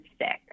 sick